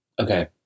Okay